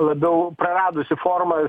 labiau praradusi formą